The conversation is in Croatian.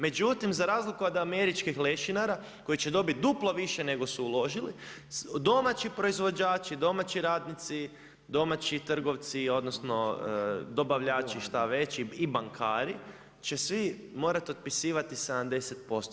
Međutim, za razliku od američkih lešinara, koji će dobiti duplo više nego što su uložili, domaći proizvođači, domaći radnici, domaći trgovci, odnosno, dobavljači, što već i bankari će svi morati otpisivati 70%